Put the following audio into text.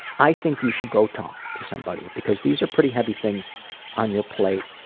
i think you should go talk to somebody, because these are pretty heavy things on your plate.